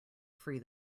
free